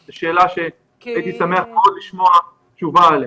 זו שאלה שהייתי שמח מאוד לשמוע תשובה עליה.